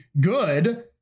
good